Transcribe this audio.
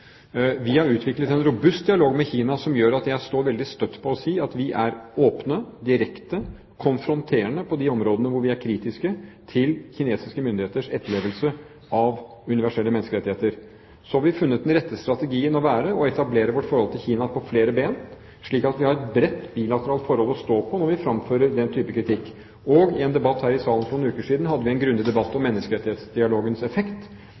Vi har utviklet en robust dialog med Kina som gjør at jeg står veldig støtt på å si at vi er åpne, direkte og konfronterende på de områdene hvor vi er kritiske til kinesiske myndigheters etterlevelse av universelle menneskerettigheter. Så har vi funnet at den rette strategien er å etablere vårt forhold til Kina på flere ben, slik at vi har et bredt bilateralt forhold å støtte oss på når vi fremfører den type kritikk. I en debatt her i salen for noen uker siden hadde vi en grundig debatt om menneskerettighetsdialogens effekt,